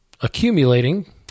accumulating